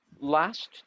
Last